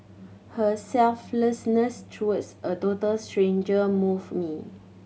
her selflessness towards a total stranger moved me